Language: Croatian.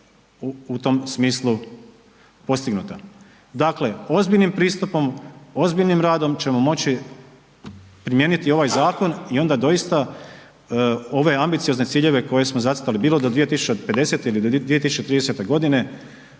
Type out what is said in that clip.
u tom smislu postignuta. Dakle, ozbiljnim pristupom, ozbiljnim radom ćemo moći primijeniti ovaj zakon i onda doista ove ambiciozne ciljeve koje smo zacrtali, bilo do 2050. ili do 2030.g.